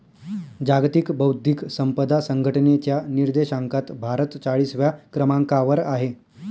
जागतिक बौद्धिक संपदा संघटनेच्या निर्देशांकात भारत चाळीसव्या क्रमांकावर आहे